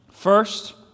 First